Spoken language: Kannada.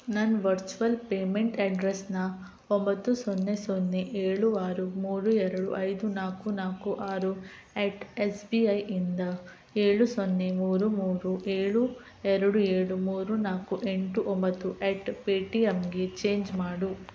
ನನ್ನ ವರ್ಚುವಲ್ ಪೇಮೆಂಟ್ ಅಡ್ರೆಸ್ನ ಒಂಬತ್ತು ಸೊನ್ನೆ ಸೊನ್ನೆ ಏಳು ಆರು ಮೂರು ಎರಡು ಐದು ನಾಲ್ಕು ನಾಲ್ಕು ಆರು ಎಟ್ ಎಸ್ ಬಿ ಐ ಇಂದ ಏಳು ಸೊನ್ನೆ ಮೂರು ಮೂರು ಏಳು ಎರಡು ಏಳು ಮೂರು ನಾಲ್ಕು ಎಂಟು ಒಂಬತ್ತು ಎಟ್ ಪೇ ಟಿ ಯಮ್ಗೆ ಚೇಂಜ್ ಮಾಡು